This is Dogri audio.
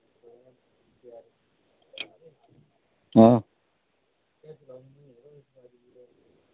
आं